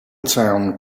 town